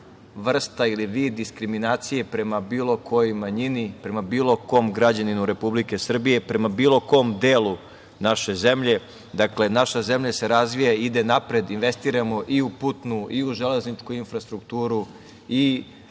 vrsta ili vid diskriminacije prema bilo kojoj manjini, prema bilo kom građaninu Republike Srbije, prema bilo kom delu naše zemlje. Dakle, naša zemlja se razvija i ide napred. Investiramo i u putnu i u železničku infrastrukturu i